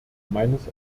meines